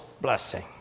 blessing